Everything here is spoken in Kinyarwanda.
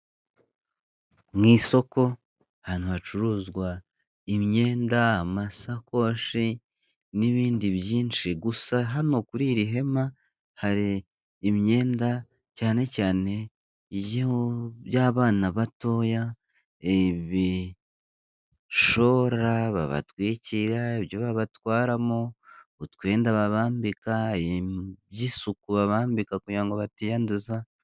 Mu isoko ahantu hacuruzwa imyenda, amasakoshi, n'ibindi byinshi, gusa hano kuri iri hema hari imyenda, cyane cyane iyo by'abana batoya, ibishora babatwikira, ibyo babatwaramo, utwenda babambika by'isuku babambika kugira ngo batiyanduza.